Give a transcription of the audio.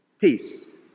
Peace